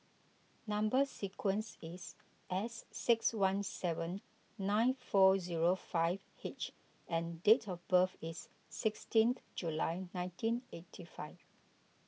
Number Sequence is S six one seven nine four zero five H and date of birth is sixteen July nineteen eighty five